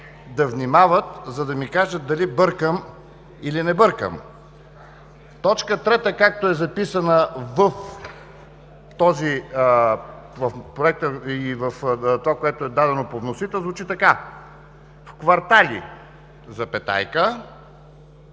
да внимават, за да ми кажат дали бъркам, или не бъркам. Точка трета, както е записана в този Проект, и това, което е дадено по вносител, звучи така: „В квартали, части